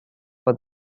for